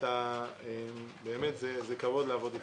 וזה כבוד לעבוד איתך.